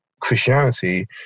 Christianity